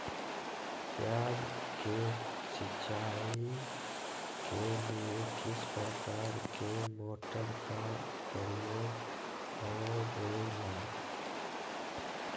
प्याज के सिंचाई के लिए किस प्रकार के मोटर का प्रयोग होवेला?